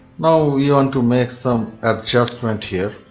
now we on to make some adjustments here.